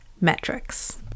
metrics